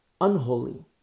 unholy